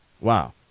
Wow